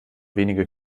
wenige